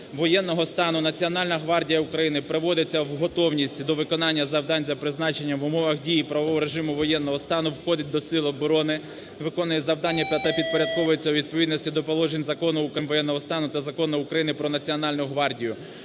воєнного стану Національна гвардія України приводиться в готовність до виконання завдань за призначенням в умовах дій правового режиму воєнного стану, входить до сил оборони, виконує завдання та підпорядковується у відповідності до положень Закону України "Про правовий режим воєнного стану" та Закону України "Про Національну гвардію".